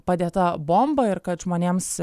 padėta bomba ir kad žmonėms